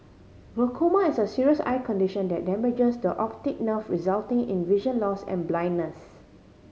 glaucoma is a serious eye condition that damages the optic nerve resulting in vision loss and blindness